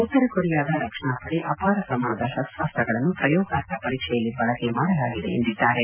ಉತ್ತರ ಕೊರಿಯಾದ ರಕ್ಷಣಾ ಪಡೆ ಅಪಾರ ಪ್ರಮಾಣದ ಶಸ್ತಾಸ್ತ್ರಗಳನ್ನು ಪ್ರಯೋಗಾರ್ಥ ಪರೀಕ್ಷೆಯಲ್ಲಿ ಬಳಕೆ ಮಾಡಲಾಗಿದೆ ಎಂದು ತಿಳಿಸಿದ್ದಾರೆ